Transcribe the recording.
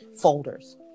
folders